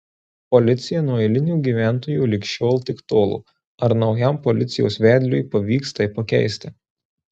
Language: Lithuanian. policija nuo eilinių gyventojų lig šiol tik tolo ar naujam policijos vedliui pavyks tai pakeisti